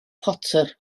potter